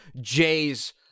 Jay's